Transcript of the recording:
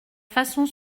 façon